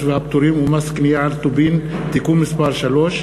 והפטורים ומס קנייה על טובין (תיקון מס' 3),